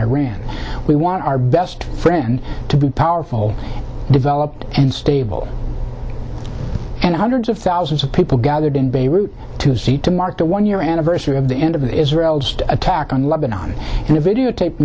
iran we want our best friend to be powerful developed and stable and hundreds of thousands of people gathered in beirut to see to mark the one year anniversary of the end of israel's attack on lebanon and a videotape